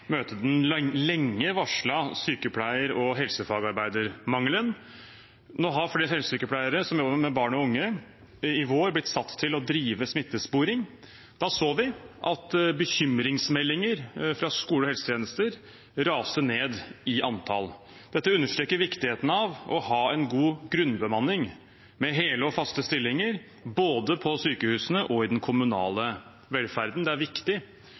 den lenge varslede sykepleier- og helsefagarbeidermangelen. I vår ble flere helsesykepleiere som jobber med barn og unge, satt til å drive smittesporing. Da så vi at bekymringsmeldinger fra skole og helsetjenester raste ned i antall. Dette understreker viktigheten av å ha en god grunnbemanning med hele og faste stillinger, både på sykehusene og i den kommunale velferden. Det er viktig